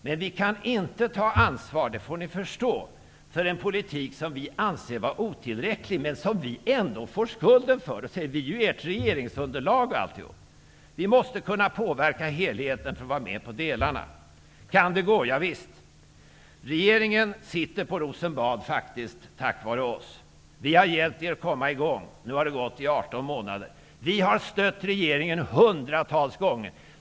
Men vi kan inte ta ansvar -- det får ni förstå -- för en politik som vi anser vara otillräcklig men som vi ändå får skulden för, eftersom vi anses utgöra ert regeringsunderlag. Vi måste kunna påverka helheten för att vara med på delarna. Kan det gå? Ja visst. Regeringen sitter faktiskt på Rosenbad tack vare oss. Vi har hjälpt er att komma i gång. Nu har det gått i 18 månader. Vi har stött regeringen hundratals gånger.